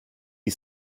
die